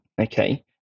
okay